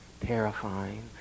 terrifying